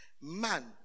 Man